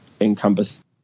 encompass